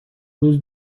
روز